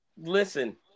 listen